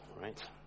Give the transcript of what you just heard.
right